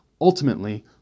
ultimately